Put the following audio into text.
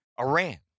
Iran